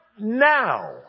now